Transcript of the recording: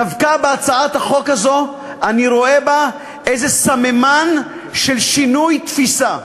דווקא בהצעת החוק הזאת אני רואה איזה סממן של שינוי תפיסה.